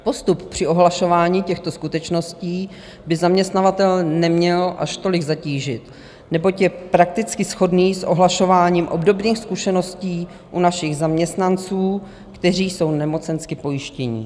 Postup při ohlašování těchto skutečností by zaměstnavatele neměl až tolik zatížit, neboť je prakticky shodný s ohlašováním obdobných skutečností u našich zaměstnanců, kteří jsou nemocensky pojištění.